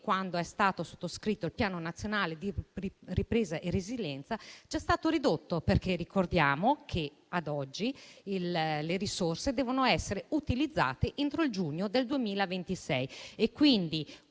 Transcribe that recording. quando è stato sottoscritto il Piano nazionale di ripresa e resilienza, è stato ridotto. Ricordiamo infatti che le risorse devono essere utilizzate entro giugno 2026 e quindi